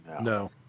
No